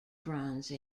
bronze